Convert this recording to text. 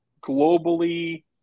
globally